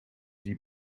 die